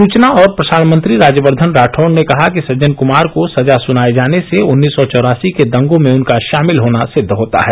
सूचना और प्रसारण मंत्री राज्यवर्द्वन राठौड़ ने कहा कि सज्जन कुमार को सजा सुनाये जाने से उन्नीस सौ चौरासी के दंगों में उनका शामिल होना सिद्द होता है